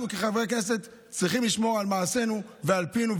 אנחנו כחברי הכנסת צריכים לשמור על מעשינו ועל פינו,